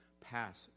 pass